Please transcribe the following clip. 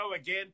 again